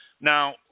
Now